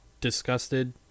disgusted